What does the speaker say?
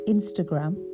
Instagram